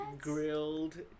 grilled